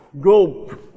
go